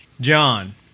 John